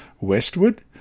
westward